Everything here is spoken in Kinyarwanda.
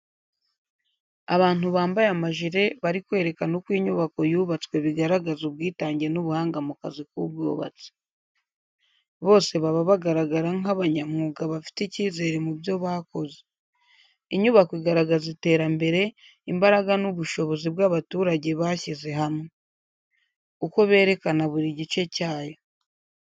Abantu bambaye amajire bari kwerekana uko inyubako yubatswe bigaragaza ubwitange n’ubuhanga mu kazi k’ubwubatsi. Bose baba bagaragara nk’abanyamwuga bafite icyizere mu byo bakoze. Inyubako igaragaza iterambere, imbaraga n’ubushobozi bw’abaturage bashyize hamwe. Uko berekana buri gice cyayo.